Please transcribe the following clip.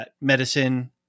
medicine